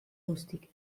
lustig